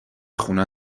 خونه